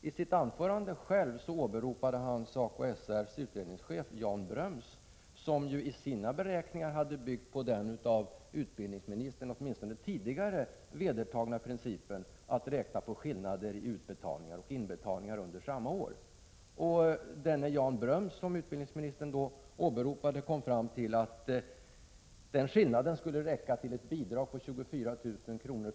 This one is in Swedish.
I sitt anförande åberopade han själv SACO/SR:s utredningschef Jan Bröms som i sina beräkningar hade byggt på den av utbildningsministern åtminstone tidigare vedertagna principen att räkna på skillnader i utbetalningar och inbetalningar under samma år. Jan Bröms kom fram till att skillnaden skulle räcka till ett bidrag på 24000 kr.